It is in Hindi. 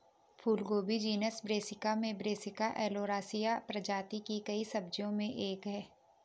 फूलगोभी जीनस ब्रैसिका में ब्रैसिका ओलेरासिया प्रजाति की कई सब्जियों में से एक है